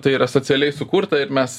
tai yra socialiai sukurta ir mes